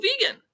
vegan